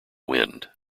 wind